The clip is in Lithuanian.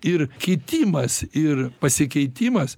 ir kitimas ir pasikeitimas